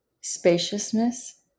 spaciousness